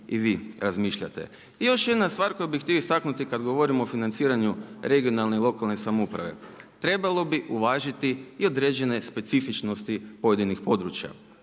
i vi razmišljate. I još jedna stvar koju bih htio istaknuti kada govorimo o financiranju regionalne i lokalne samouprave, trebalo bi uvažiti i određene specifičnosti pojedinih područja.